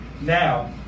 Now